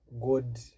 god